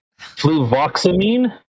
Fluvoxamine